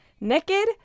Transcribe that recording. naked